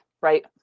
right